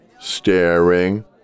staring